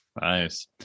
Nice